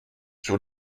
sur